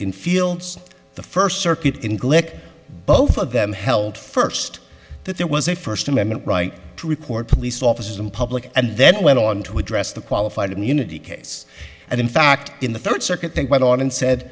infields the first circuit in glick both of them held first that there was a first amendment right to report police officers in public and then went on to address the qualified immunity case and in fact in the third circuit think went on and said